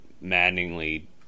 maddeningly